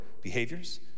behaviors